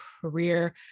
career